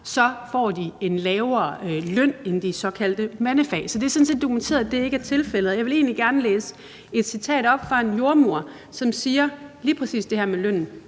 får de en lavere løn end i de såkaldte mandefag. Så det er sådan set dokumenteret, at det er tilfældet. Og jeg vil egentlig gerne læse et citat op fra en jordemoder, som siger om lige præcis det her med lønnen: